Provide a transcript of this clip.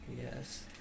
Yes